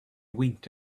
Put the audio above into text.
winked